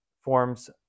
forms